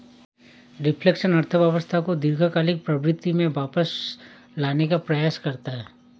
reflection अर्थव्यवस्था को दीर्घकालिक प्रवृत्ति में वापस लाने का प्रयास करता है